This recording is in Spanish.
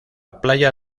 playa